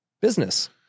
Business